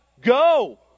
Go